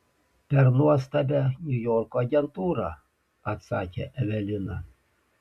per nuostabią niujorko agentūrą atsakė evelina